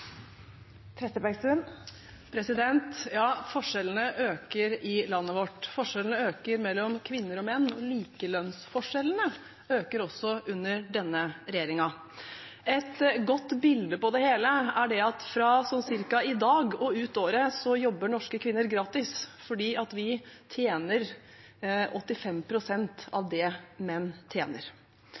Ja, forskjellene øker i landet vårt. Forskjellene mellom kvinner og menn øker, og likelønnsforskjellene øker også under denne regjeringen. Et godt bilde på det hele er at fra ca. i dag og ut året jobber norske kvinner gratis, fordi vi tjener 85 pst. av det menn tjener.